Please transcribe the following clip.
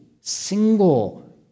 single